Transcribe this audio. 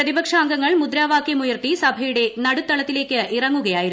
പ്രതിപക്ഷാംഗങ്ങൾ മുദ്രാവാക്യമുയർത്തി സഭയുടെ നടുത്തളത്തിലേക്ക് ഇറങ്ങുകയായിരുന്നു